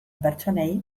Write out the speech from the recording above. pertsonei